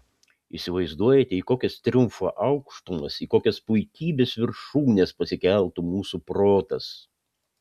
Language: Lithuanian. įsivaizduojate į kokias triumfo aukštumas į kokias puikybės viršūnes pasikeltų mūsų protas